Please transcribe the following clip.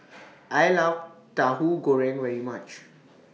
I Love Tauhu Goreng very much